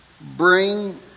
bring